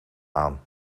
aan